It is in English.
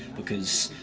because.